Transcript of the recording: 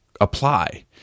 apply